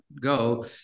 go